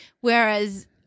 whereas